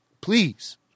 please